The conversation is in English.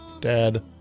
Dad